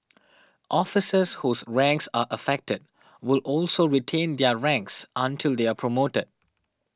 officers whose ranks are affected will also retain their ranks until they are promoted